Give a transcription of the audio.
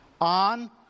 on